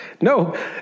no